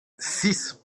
six